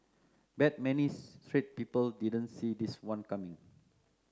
bet many straight people didn't see this one coming